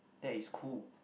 that is cool